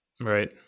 Right